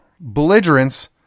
belligerence